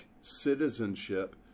citizenship